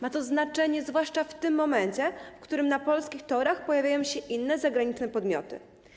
Ma to znaczenie zwłaszcza w momencie, w którym na polskich torach pojawiają się inne, zagraniczne podmioty.